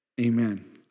Amen